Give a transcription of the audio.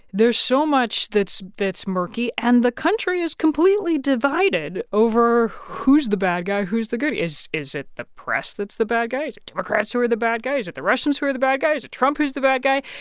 there's so much that's that's murky. and the country is completely divided over who's the bad guy, who's the good is it it the press that's the bad guy? is it democrats who are the bad guy? is it the russians who are the bad guy? is it trump who's the bad guy?